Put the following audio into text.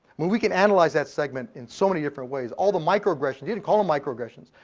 well, we can analyze that segment in so many different ways. all the microaggressions, he didn't call them microaggressions,